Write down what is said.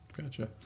Gotcha